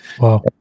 Wow